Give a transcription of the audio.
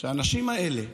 שהאנשים האלה,